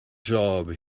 job